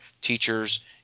teachers